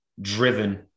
driven